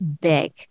big